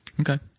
Okay